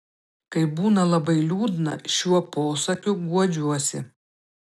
kai būna labai liūdna šiuo posakiu guodžiuosi